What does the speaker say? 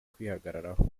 kwihagararaho